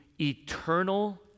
eternal